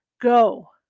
Go